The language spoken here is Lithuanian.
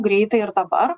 greitai ir dabar